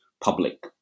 public